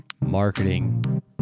Marketing